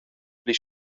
pli